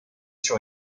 sur